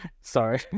Sorry